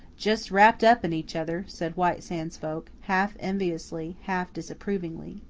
just wrapped up in each other, said white sands folk, half-enviously, half-disapprovingly.